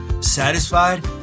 satisfied